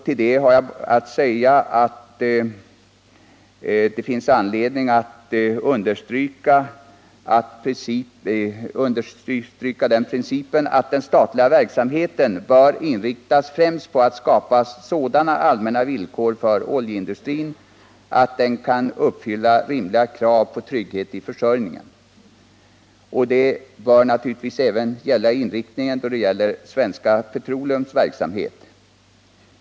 Till det har jag att säga att det finns anledning att understryka principen att den statliga verksamheten främst bör inriktas på att skapa sådana allmänna villkor för oljeindustrin att den kan uppfylla rimliga krav på trygghet i försörjningen. Det bör naturligtvis även gälla inriktningen av Svenska Petroleums verksamhet.